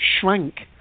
shrank